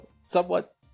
somewhat